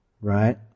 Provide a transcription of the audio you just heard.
Right